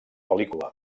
pel·lícula